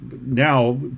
now